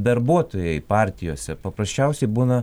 darbuotojai partijose paprasčiausiai būna